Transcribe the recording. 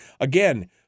Again